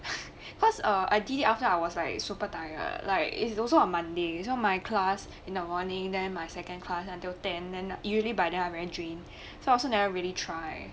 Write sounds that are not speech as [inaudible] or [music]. [breath] cause err I did it after I was like super tired like is also on monday so my class in the morning then my second class until ten then usually by then I really drain so I also never really try